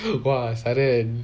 !wah! saren